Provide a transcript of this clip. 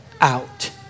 out